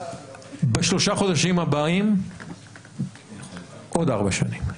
בשלושה חודשים הבאים עוד ארבע שנים.